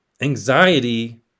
anxiety